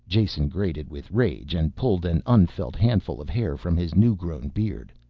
jason grated with rage and pulled an unfelt handful of hair from his newgrown beard.